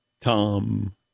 Tom